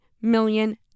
million